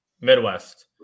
Midwest